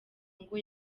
ngo